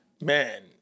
man